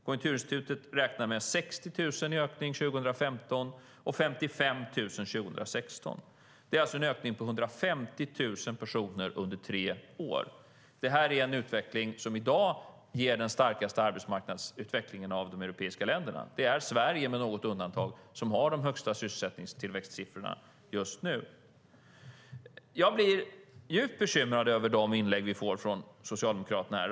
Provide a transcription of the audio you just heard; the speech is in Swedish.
Konjunkturinstitutet räknar med 60 000 i ökning 2015 och 55 000 i ökning 2016. Det är alltså en ökning med ca 150 000 personer under tre år. Detta är en utveckling som i dag ger den starkaste arbetsmarknadsutvecklingen bland de europeiska länderna. Det är Sverige, med något undantag, som har de högsta siffrorna för sysselsättningstillväxten just nu. Jag blir djupt bekymrad över de inlägg som vi får från Socialdemokraterna här.